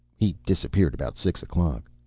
he disappeared about six o'clock.